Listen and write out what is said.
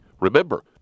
Remember